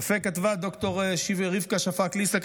יפה כתבה ד"ר רבקה שפק ליסק,